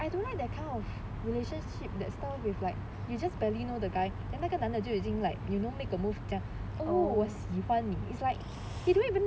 ya like I don't like that kind of relationship that style with like you just barely know the guy then 那个男的就已经 like you know make a move 这样我喜欢你 it's like you don't even